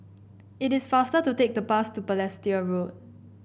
it is faster to take the bus to Balestier Road